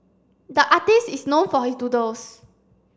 the artist is known for his doodles